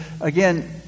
again